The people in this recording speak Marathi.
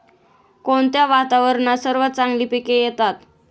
कोणत्या वातावरणात सर्वात चांगली पिके येतात?